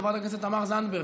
חברת הכנסת תמר זנדברג,